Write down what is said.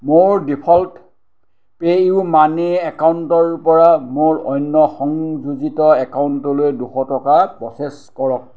মোৰ default PayU money একাউণ্টৰ পৰা মোৰ অন্য সংযোজিত একাউণ্টলৈ দুশ টকা প্ৰচেছ কৰক